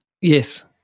Yes